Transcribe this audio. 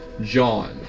John